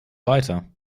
weiter